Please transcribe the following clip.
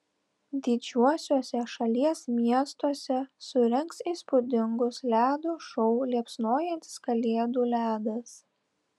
didžiuosiuose šalies miestuose surengs įspūdingus ledo šou liepsnojantis kalėdų ledas